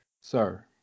Sir